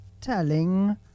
telling